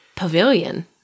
pavilion